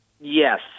Yes